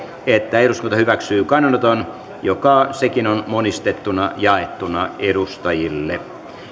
että eduskunta hyväksyy kannanoton joka on monistettuna jaettu edustajille